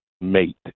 mate